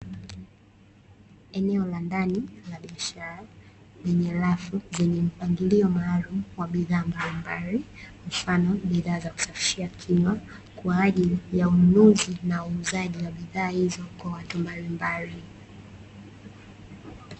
Eneo la ndani la biashara yenye rafu zenye mpangilio maalum wa bidhaa mbalimbali mfano bidhaa za kusafishia kinywa kwa ajili ya ununuzi na uuzaji wa bidhaa hizo kwa watu mbalimbali.